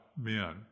men